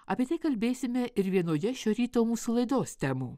apie tai kalbėsime ir vienoje šio ryto mūsų laidos temų